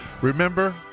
Remember